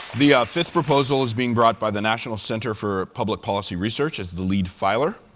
the ah fifth proposal is being brought by the national center for public policy research as the lead filer.